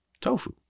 Tofu